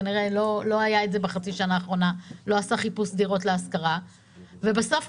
כנראה לא עשה חיפוש דירות להשכרה בחצי השנה האחרונה ובסוף,